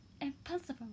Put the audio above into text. impossible